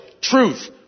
truth